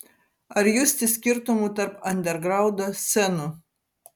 ar justi skirtumų tarp andergraundo scenų